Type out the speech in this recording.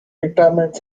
retirement